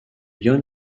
ion